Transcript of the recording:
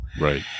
Right